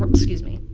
um excuse me,